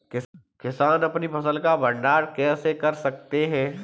किसान अपनी फसल का भंडारण कैसे कर सकते हैं?